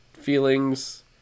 feelings